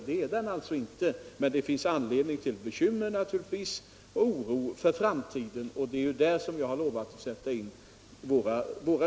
Dyster är den inte, men det finns naturligtvis ändå anledning till oro för framtiden, och det är där som jag har lovat all sätta in våra resurser.